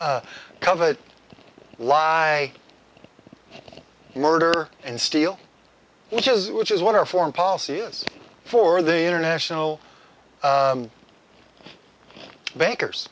covet lie murder and steal which is which is what our foreign policy is for the international bankers